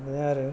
बे आरो